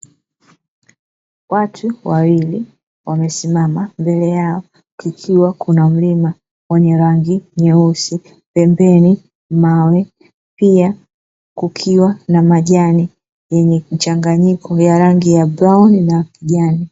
Watu wawili wamesimama, mbele yao kukiwa kuna mlima wenye rangi nyeusi, pembeni mawe, pia kukiwa na majani yenye mchanganyiko ya rangi ya brauni na kijani.